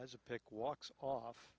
as a pick walks off